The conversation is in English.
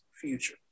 future